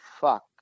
Fuck